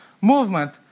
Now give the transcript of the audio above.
Movement